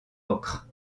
ocre